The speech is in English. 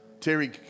Terry